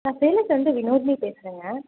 நான் சேலத்துலிருந்து வினோதினி பேசுகிறேங்க